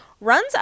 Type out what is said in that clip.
runs